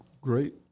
great